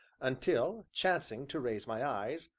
until, chancing to raise my eyes,